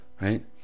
right